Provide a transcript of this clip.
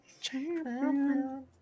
Champion